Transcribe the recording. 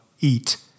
eat